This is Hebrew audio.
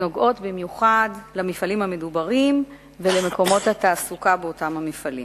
שנוגעות במיוחד למפעלים המדוברים ולמקומות התעסוקה באותם המפעלים.